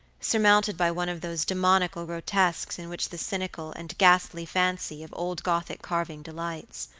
surmounted by one of those demoniacal grotesques in which the cynical and ghastly fancy of old gothic carving delights,